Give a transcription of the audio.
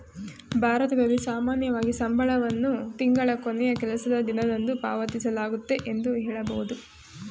ಭಾರತದಲ್ಲಿ ಸಾಮಾನ್ಯವಾಗಿ ಸಂಬಳವನ್ನು ತಿಂಗಳ ಕೊನೆಯ ಕೆಲಸದ ದಿನದಂದು ಪಾವತಿಸಲಾಗುತ್ತೆ ಎಂದು ಹೇಳಬಹುದು